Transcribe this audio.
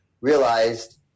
realized